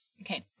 Okay